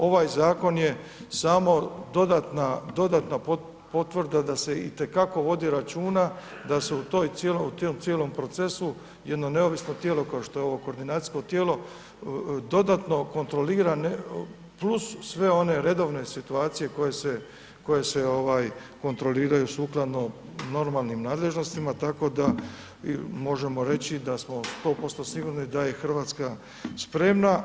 Ovaj zakon je samo dodatna potvrda da se itekako vodi računa da se u tom cijelom procesu jedno neovisno tijelo kao što je ovo koordinacijsko tijelo dodatno kontrolira plus sve one redovne situacije koje se kontroliraju sukladno normalnim nadležnostima, tako da možemo reći da smo 100% sigurni da je Hrvatska spremna.